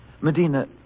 Medina